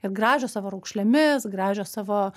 ir gražios savo raukšlėmis gražios savo